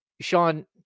Sean